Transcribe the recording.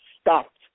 stopped